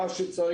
כזה.